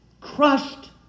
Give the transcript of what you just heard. Crushed